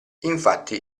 infatti